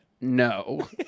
No